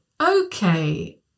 okay